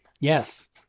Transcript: Yes